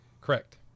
Correct